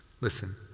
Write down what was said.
Listen